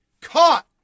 caught